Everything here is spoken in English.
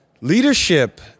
Leadership